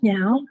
Now